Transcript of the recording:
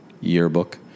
yearbook